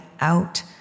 out